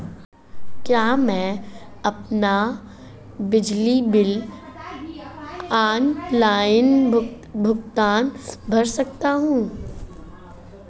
क्या मैं अपना बिजली बिल ऑनलाइन भुगतान कर सकता हूँ?